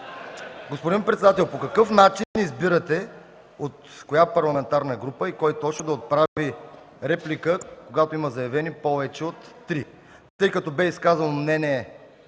Господин председател, по какъв начин избирате от коя парламентарна група и кой точно да отправи реплика, когато има заявени повече от три? Тъй като бе изказано мнение,